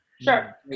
Sure